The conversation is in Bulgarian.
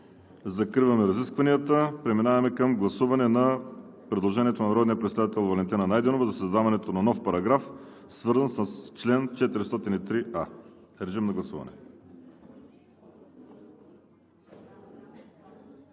Закривам разискванията. Преминаваме към гласуване на предложението на народния представител Валентина Найденова за създаване на нов параграф, свързан с чл. 403а. Гласували